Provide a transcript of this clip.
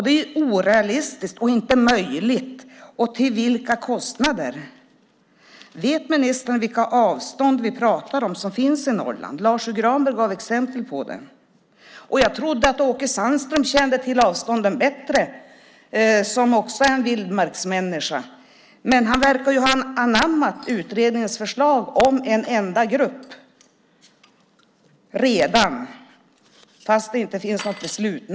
Det är orealistiskt och inte möjligt. Vilka blir kostnaderna? Vet ministern vilka avstånd som finns i Norrland? Lars U Granberg gav exempel på det. Jag trodde att Åke Sandström kände till avstånden bättre - han är också en vildmarksmänniska - men han verkar redan ha anammat utredningens förslag om en enda grupp fast det inte finns något beslut.